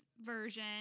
version